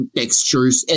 textures